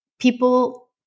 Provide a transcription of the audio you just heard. people